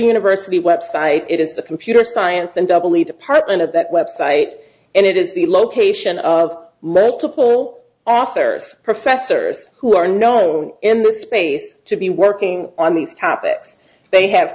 university website it is the computer science and doubly department of that website and it is the location of multiple authors professors who are known in the space to be working on these topics they have